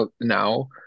now